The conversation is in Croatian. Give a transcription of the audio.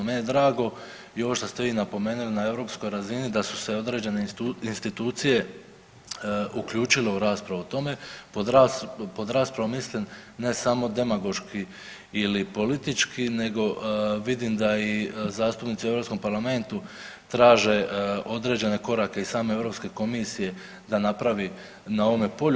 Meni je drago i ovo što ste vi napomenuli na europskoj razini da su se određene institucije uključile u raspravu o tome, pod raspravom mislim ne samo demagoški ili politički nego vidim da i zastupnici u Europskom parlamentu traže određene korake i same Europske komisije da napravi na ovome polju.